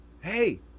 hey